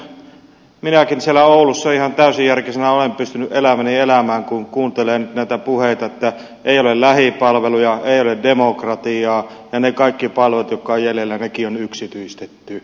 tuntuu oikeastaan ihmeelliseltä miten minäkin siellä oulussa ihan täysijärkisenä olen pystynyt elämäni elämään kun kuuntelen näitä puheita että ei ole lähipalveluja ei ole demokratiaa ja nekin kaikki palvelut jotka ovat jäljellä on yksityistetty